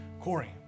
Corey